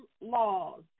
laws